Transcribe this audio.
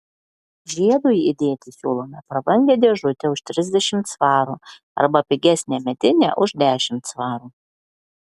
žiedui įdėti siūlome prabangią dėžutę už trisdešimt svarų arba pigesnę medinę už dešimt svarų